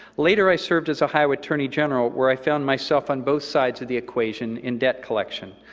later i served as ohio attorney general, where i found myself on both sides of the equation in debt collection.